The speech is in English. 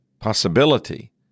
possibility